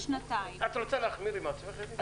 נסכים על זה לקריאה ראשונה,